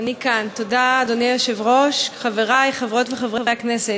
אדוני היושב-ראש, חברי חברות וחברי הכנסת,